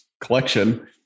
collection